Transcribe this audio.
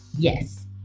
Yes